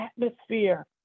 atmosphere